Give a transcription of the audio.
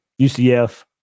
UCF